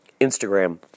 Instagram